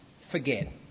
forget